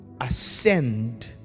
Ascend